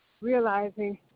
realizing